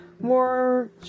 more